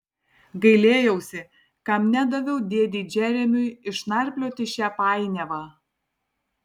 gailėjausi kam nedaviau dėdei džeremiui išnarplioti šią painiavą